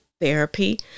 therapy